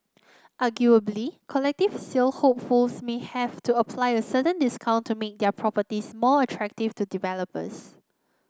arguably collective sale hopefuls may have to apply a certain discount to make their properties more attractive to developers